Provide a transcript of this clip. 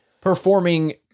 performing